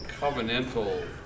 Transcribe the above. covenantal